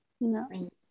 no